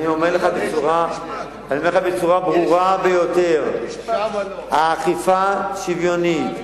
אני אומר לך בצורה הברורה ביותר: האכיפה שוויונית,